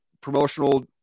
promotional